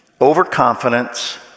overconfidence